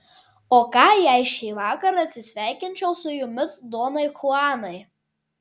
o ką jei šįvakar atsisveikinčiau su jumis donai chuanai